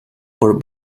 por